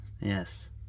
Yes